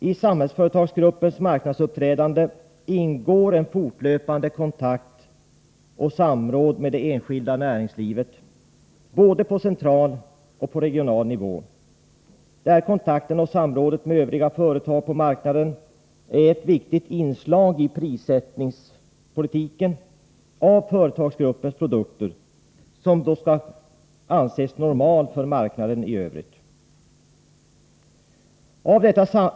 I Samhällsföretagsgruppens marknadsuppträdande ingår en fortlöpande kontakt och ett samråd med det enskilda näringslivet, både på central och på regional nivå. De här kontakterna, och samrådet med övriga företag på marknaden, är ett viktigt inslag i prissättningen av företagsgruppens produkter, som kan anses normal för marknaden i övrigt.